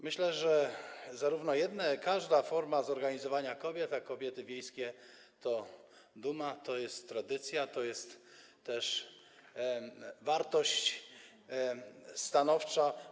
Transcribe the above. Myślę, że każda forma zorganizowania kobiet - a kobiety wiejskie to duma - to jest tradycja, to jest też wartość stanowcza.